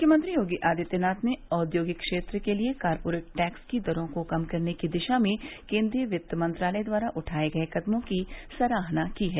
मुख्यमंत्री योगी आदित्यनाथ ने औद्योगिक क्षेत्र के लिए कारपोरेट टैक्स की दरों को कम करने की दिशा में केन्द्रीय वित्त मंत्रालय द्वारा उठाये गये कदमों की सराहना की है